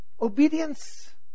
Obedience